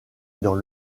dans